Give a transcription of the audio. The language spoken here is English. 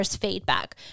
feedback